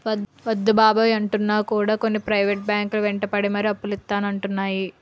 వద్దు బాబోయ్ అంటున్నా కూడా కొన్ని ప్రైవేట్ బ్యాంకు లు వెంటపడి మరీ అప్పులు ఇత్తానంటున్నాయి